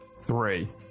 three